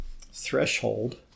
threshold